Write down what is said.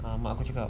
um mak aku cakap